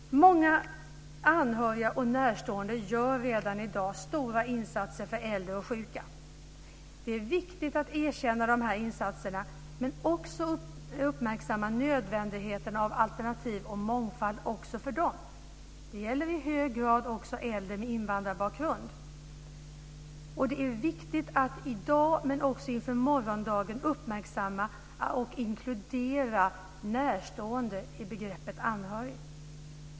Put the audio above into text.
Många anhöriga och närstående gör redan i dag stora insatser för äldre och sjuka. Det är viktigt att erkänna dessa insatser, men också att uppmärksamma nödvändigheten av alternativ och mångfald också för dem. Det gäller i hög grad också äldre med invandrarbakgrund. Det är viktigt att i dag, men också inför morgondagen, uppmärksamma och inkludera närstående i begreppet anhörig.